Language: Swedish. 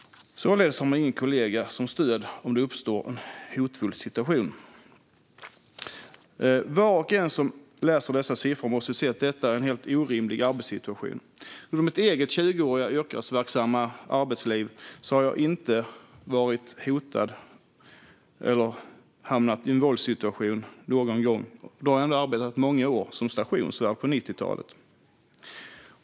Således har man ingen kollega som stöd om det uppstår en hotfull situation. Var och en som läser dessa siffror måste se att det är en helt orimlig arbetssituation. Under mitt tjugoåriga yrkesverksamma liv har jag inte hotats eller hamnat i en våldssituation. Jag arbetade ändå som stationsvärd under flera år på 90-talet.